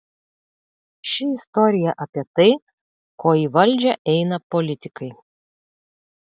ši istorija apie tai ko į valdžią eina politikai